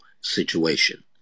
situation